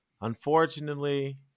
unfortunately